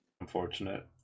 Unfortunate